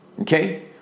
okay